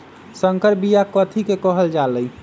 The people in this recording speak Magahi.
संकर बिया कथि के कहल जा लई?